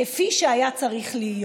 כפי שהיה צריך להיות.